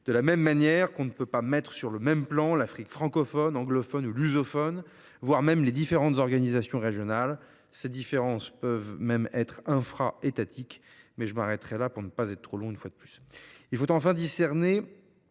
De la même manière, on ne peut pas mettre sur le même plan l’Afrique francophone, anglophone ou lusophone, voire les diverses organisations régionales. Les différences sont parfois même infra étatiques, mais je m’arrêterai là pour ne pas être trop long. Il faut enfin discerner